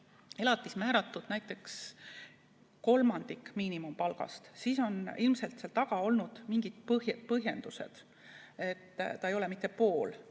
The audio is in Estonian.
elatiseks määratud näiteks kolmandik miinimumpalgast, siis on ilmselt seal taga olnud mingid põhjendused, miks ta ei ole mitte pool.